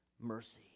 mercy